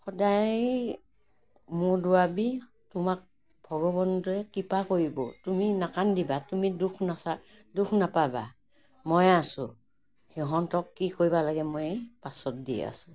সদায় মূৰ দোৱাবি তোমাক ভগৱন্তই কৃপা কৰিব তুমি নাকান্দিবা তুমি দুখ নাচা দুখ নাপাবা মই আছোঁ সিহঁতক কি কৰিবা লাগে মই পাছত দি আছোঁ